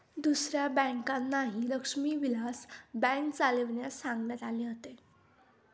दुसऱ्या बँकांनाही लक्ष्मी विलास बँक चालविण्यास सांगण्यात आले होते